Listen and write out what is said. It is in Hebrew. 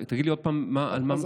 תגיד לי עוד פעם על מה מדובר.